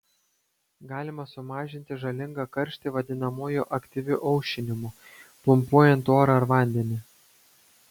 galima sumažinti žalingą karštį vadinamuoju aktyviu aušinimu pumpuojant orą ar vandenį